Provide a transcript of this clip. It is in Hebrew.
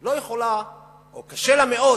לא יכולה, או קשה לה מאוד,